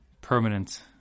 permanent